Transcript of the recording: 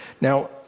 Now